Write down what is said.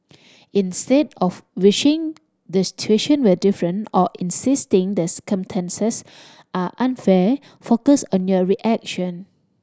instead of wishing the situation were different or insisting the circumstances are unfair focus on your reaction